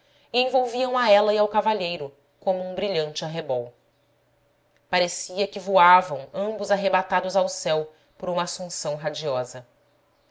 envolviam a ela e ao cavalheiro como um brilhante arrebol parecia que voavam ambos arrebatados ao céu por uma assunção radiosa